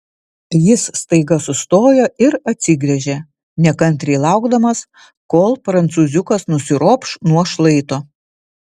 jis staiga sustojo ir atsigręžė nekantriai laukdamas kol prancūziukas nusiropš nuo šlaito